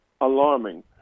alarming